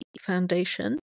foundation